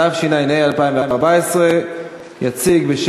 התשע"ה 2014. יציג אותה,